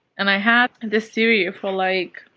and i've had this theory for, like,